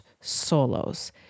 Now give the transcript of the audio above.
solos